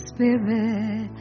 Spirit